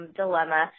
dilemma